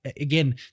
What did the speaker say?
again